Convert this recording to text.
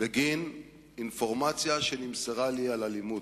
בגין אינפורמציה שנמסרה לי על אלימות.